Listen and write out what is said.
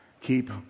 keep